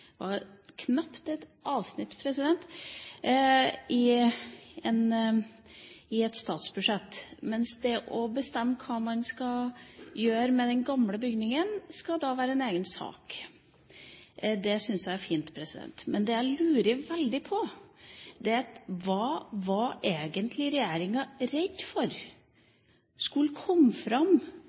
knapt et avsnitt – i et statsbudsjett, mens det å bestemme hva man skal gjøre med den gamle bygningen, skal være en egen sak. Det synes jeg er fint. Det jeg lurer veldig på, er hva regjeringa egentlig har vært redd for skulle komme fram